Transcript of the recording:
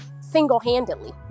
single-handedly